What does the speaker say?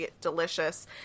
delicious